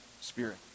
spirit